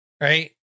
right